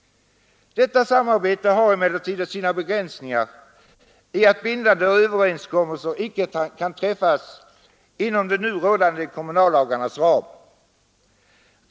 Detta samarbete har emellertid haft sina begränsningar i det att bindande överenskommelser icke kan träffas inom de nu rådande kommunallagarnas ram.